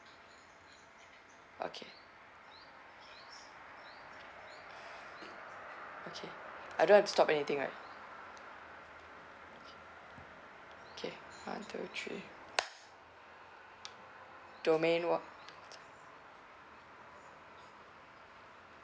okay okay I don't have to stop anything right okay one two three domain on~